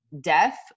deaf